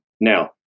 Now